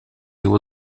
его